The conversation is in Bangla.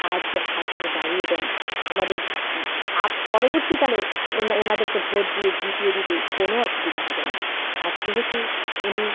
সাহায্যের হাত উনি বাড়িয়ে দেন আমাদের আপ পরবর্তীকালেও ওনাদেরকে ভোট দিয়ে জিতিয়ে দিতে কোনো অসুবিধা হবে না আর সেহেতু উনি